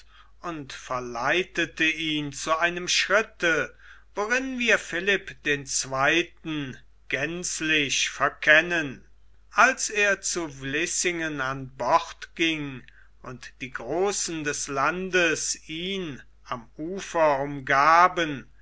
und verleitete ihn zu einem schritte worin wir philipp den zweiten gänzlich verkennen als er zu vließingen an bord ging und die großen des landes ihn am ufer umgaben